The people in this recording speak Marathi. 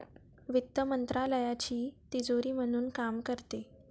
वित्त मंत्रालयाची तिजोरी म्हणून काम करते